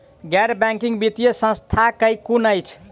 गैर बैंकिंग वित्तीय संस्था केँ कुन अछि?